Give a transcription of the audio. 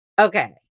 Okay